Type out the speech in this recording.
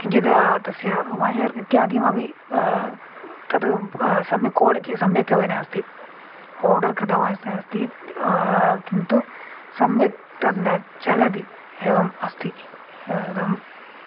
किञ्चित् तस्य वयर् इत्यादीमपि तद् सम्यक् कोलिटि सम्यक् अपि नास्ति ओर्डर् कृतवान् स् अस्ति किन्तु सम्यक् तद् न चलति एवम् अस्ति इदम्